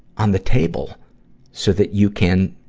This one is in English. on the table so that you can,